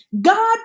God